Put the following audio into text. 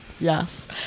Yes